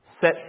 Set